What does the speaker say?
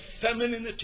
femininity